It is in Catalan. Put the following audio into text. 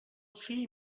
fill